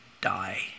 die